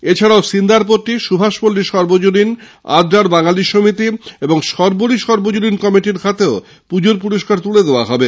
এছাড়াও সিন্দার পট্টি সুভাষপল্লী সর্বজনীন আদ্রার বাঙালী সমিতি এবং সড়বড়ি সর্বজনীন কমিটির হাতে পুজোর পুরস্কার তুলে দেওয়া হবে